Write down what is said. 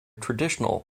traditional